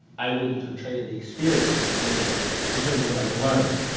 i wouldn't have traded the experience for anything in terms of what i've learned.